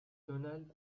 donald